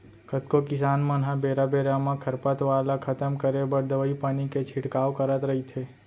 कतको किसान मन ह बेरा बेरा म खरपतवार ल खतम करे बर दवई पानी के छिड़काव करत रइथे